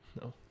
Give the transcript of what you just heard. no